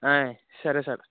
ఆయ్ సరే సరే